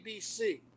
ABC